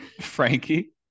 Frankie